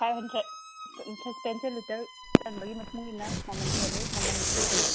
five hundred ꯁꯁꯄꯦꯟꯁꯦ litre ꯆꯟꯕꯒꯤ ꯃꯇꯨꯡ ꯏꯟꯅ ꯃꯃꯟ ꯍꯦꯜꯂꯦ ꯃꯃꯟ ꯂꯦꯞꯄꯦ